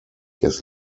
years